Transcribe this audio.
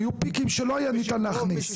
היו פיקים שלא היה ניתן להכניס.